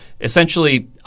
essentially